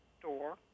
door